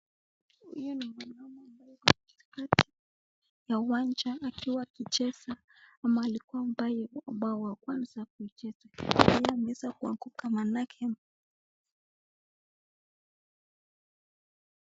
Huyu ni mwanamume ambaye ako katikati ya uwanja akiwa akicheza ama alikuwa mchezaji ambaye wa kwanza kucheza na yeye ameweza kuanguka maanake.